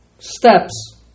steps